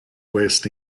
west